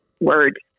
word